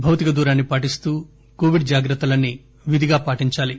భౌతిక దూరాన్ని పాటిస్తూ కోవిడ్ జాగ్రత్తలన్నీ విధిగా పాటించాలి